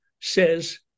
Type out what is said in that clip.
says